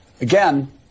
again